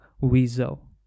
Weasel